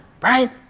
right